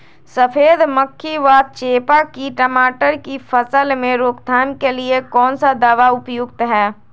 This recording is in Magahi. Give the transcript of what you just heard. सफेद मक्खी व चेपा की टमाटर की फसल में रोकथाम के लिए कौन सा दवा उपयुक्त है?